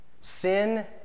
Sin